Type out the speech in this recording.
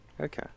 Okay